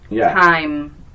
time